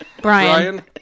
Brian